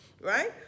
right